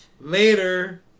Later